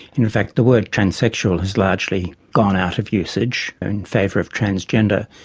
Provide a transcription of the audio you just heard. in fact the word transsexual has largely gone out of usage in favour of transgender,